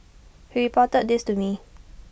he reported this to me